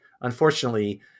Unfortunately